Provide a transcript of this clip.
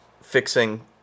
fixing